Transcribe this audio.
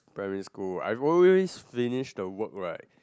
primary school I always finished the work right